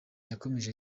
yakomeje